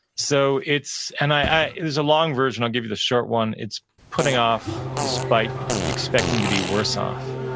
so it's, and i it was a long version i'll give you the short one, it's putting off despite expecting to be worse off.